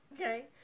Okay